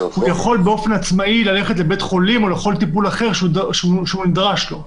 יכול באופן עצמאי ללכת לבית חולים או לכל טיפול אחר שהוא נדרש לו.